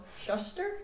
Shuster